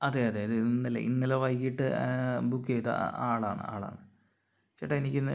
അതേ അതേ അതിന്നലെ ഇന്നലെ വൈകിട്ട് ബുക്ക് ചെയ്ത ആളാണ് ആളാണ് ചേട്ടാ എനിക്കിന്ന്